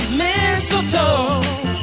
mistletoe